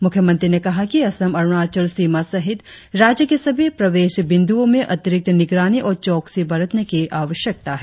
मुख्यमंत्री ने कहा कि असम अरुणाचल सीमा सहित राज्य के सभी प्रवेश बिंदुओं मे अतिरिक्त निगरानी और चौखसी बरतने की आवश्यकता है